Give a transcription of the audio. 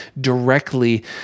directly